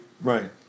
Right